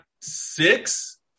six